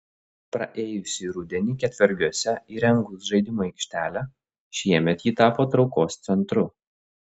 praėjusį rudenį ketvergiuose įrengus žaidimų aikštelę šiemet ji tapo traukos centru